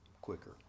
quicker